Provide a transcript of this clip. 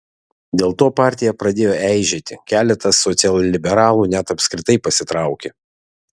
dėl to partija pradėjo eižėti keletas socialliberalų net apskritai pasitraukė